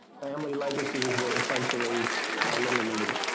family legacies were essentially eliminated.